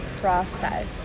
process